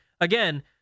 again